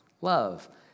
love